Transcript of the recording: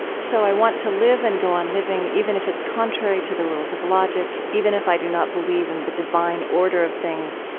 so i want to live and go on living even if it's contrary to the rules of logic, even if i do not believe in the divine order of things.